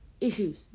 issues